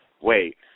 wait